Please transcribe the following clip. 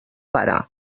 pare